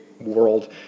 world